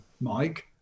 Mike